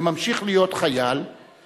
וממשיך להיות חייל,